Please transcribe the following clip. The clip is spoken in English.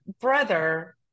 brother